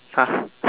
!huh!